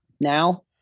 Now